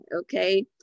Okay